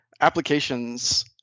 Applications